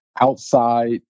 outside